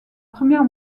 première